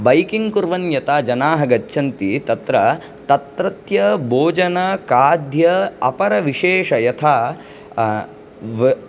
biking कुर्वन् यथा जनाः गच्छन्ति तत्र तत्रत्य भोजनखाद्य अपरविशेष यथा व